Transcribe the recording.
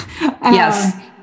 yes